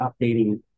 updating